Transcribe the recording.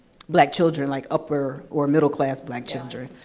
black children, like upper or middle-class black children.